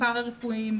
הפרא רפואיים,